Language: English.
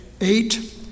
eight